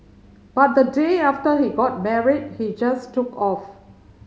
but the day after he got married he just took off